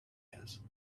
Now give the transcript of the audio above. else